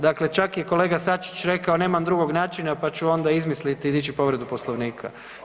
Dakle, čak je i kolega Sačić rekao nemam drugog načina pa ću onda izmisliti, dići povredu Poslovnika.